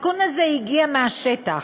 התיקון הזה הגיע מהשטח,